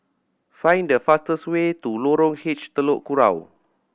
find the fastest way to Lorong H Telok Kurau